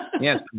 Yes